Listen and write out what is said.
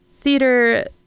theater